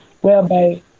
whereby